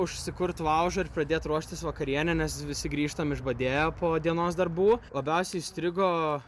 užsikurt laužą ir pradėt ruoštis vakarienę nes visi grįžtam išbadėję po dienos darbų labiausiai įstrigo